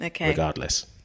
regardless